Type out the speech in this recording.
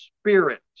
spirit